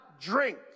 drink